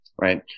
right